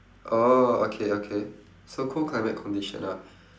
orh okay okay so cold climate condition ah